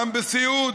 גם בסיעוד,